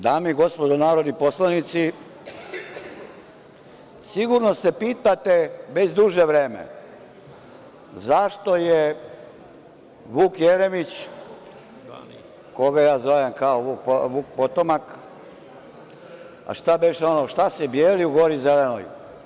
Dame i gospodo narodni poslanici, sigurno se pitate već duže vreme, zašto je Vuk Jeremić, koga ja zovem kao Vuk potomak, a šta beše ono – šta se bijeli u gori zelenoj?